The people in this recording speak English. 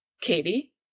Katie